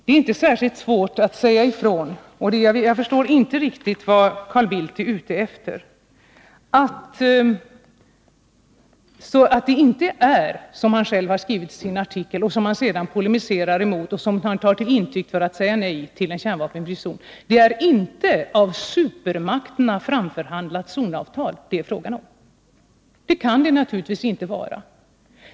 Det är inte särskilt svårt att säga ifrån. Jag förstår inte riktigt vad Carl Bildt är ute efter. Han har själv skrivit i sin artikel, han har sedan polemiserat mot det och tar det som intäkt för att säga nej till en kärnvapenfri zon, nämligen att det inte är ett av supermakterna framförhandlat zonavtal som det är fråga om. Det kan det naturligtvis inte vara.